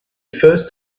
first